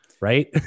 right